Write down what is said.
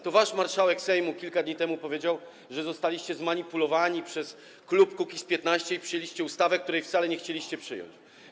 To wasz marszałek Sejmu kilka dni temu powiedział, że zostaliście zmanipulowani przez klub Kukiz’15 i przyjęliście ustawę, której wcale nie chcieliście przyjąć.